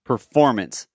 Performance